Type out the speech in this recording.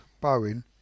Bowen